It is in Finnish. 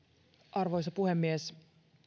arvoisa puhemies